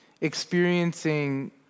experiencing